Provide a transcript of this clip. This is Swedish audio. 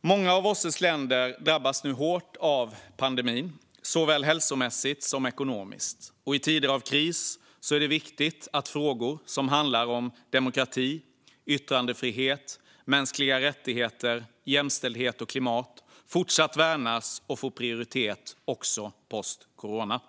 Många av OSSE:s länder drabbas nu hårt av pandemin, såväl hälsomässigt som ekonomiskt. I tider av kris är det viktigt att frågor som handlar om demokrati, yttrandefrihet, mänskliga rättigheter, jämställdhet och klimat fortfarande värnas och får prioritet också post corona.